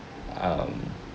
um